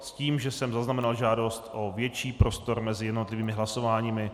S tím, že jsem zaznamenal žádost o větší prostor mezi jednotlivými hlasováními.